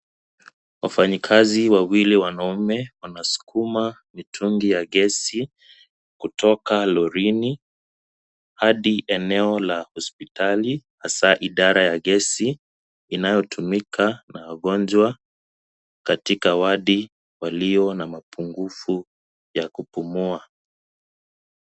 Wafanyikazi wawili wanaume wanasukuma mitungi ya gesi kutoka lorini hadi eneo la hospitali, hasa idara ya gesi inayotumika na wagonjwa katika wadi walio na mapungufu ya kupumua.